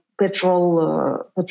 petrol